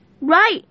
Right